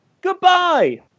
Goodbye